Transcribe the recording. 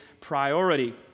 priority